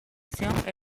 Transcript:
situación